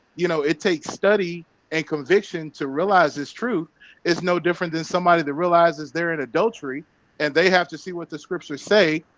you know, it takes study and conviction to realize this truth it's no different than somebody that realizes they're in adultery and they have to see what the scriptures say,